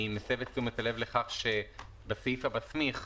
אני מסב את תשומת הלב לכך שבחוק המסמיך,